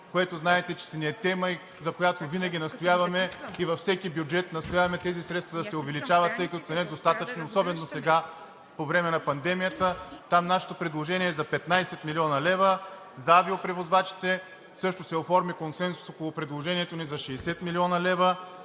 което знаете, че ни е тема, и във всеки бюджет настояваме тези средства да се увеличават, тъй като са недостатъчни, особено сега по време на пандемията – там нашето предложение е за 15 млн. лв.; за авиопревозвачите също се оформи консенсус около предложението ни за 60 млн. лв.